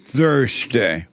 Thursday